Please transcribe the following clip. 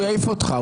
הוא יעיף אותך,